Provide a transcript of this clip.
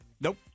Nope